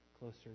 closer